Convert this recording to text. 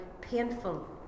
painful